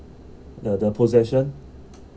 the the possession